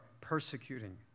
persecuting